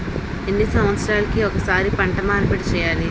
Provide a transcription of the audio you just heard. ఎన్ని సంవత్సరాలకి ఒక్కసారి పంట మార్పిడి చేయాలి?